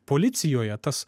policijoje tas